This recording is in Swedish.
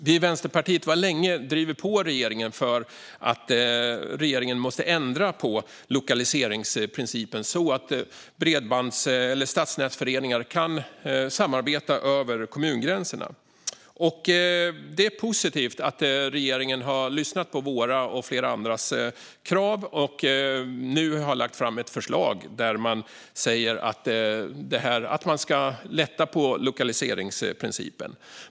Vi i Vänsterpartiet har länge drivit på regeringen att ändra på lokaliseringsprincipen så att stadsnätsföreningar kan samarbeta över kommungränserna. Det är positivt att regeringen har lyssnat på våra och flera andras krav och nu har lagt fram ett förslag där man säger att man ska lätta på lokaliseringsprincipen.